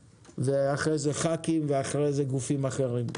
ואחרי זה ח"כים, ואחרי זה גופים אחרים.